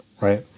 right